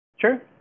Sure